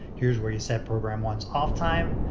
here's where you set program one's off time.